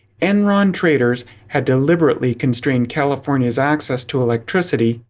enron traders had deliberately constrained california's access to electricity,